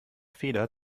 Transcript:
feder